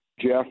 Jeff